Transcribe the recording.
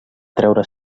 treure